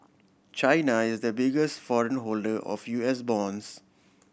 China is the biggest foreign holder of U S bonds